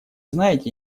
знаете